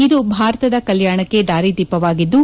ಇದು ಭಾರತದ ಕಲ್ಯಾಣಕ್ಕೆ ದಾರಿದೀಪವಾಗಿದ್ದು